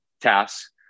tasks